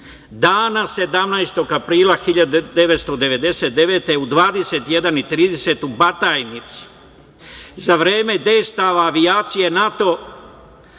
dana 17. aprila 1999. godine u 21.30 u Batajnici za vreme dejstava avijacije NATO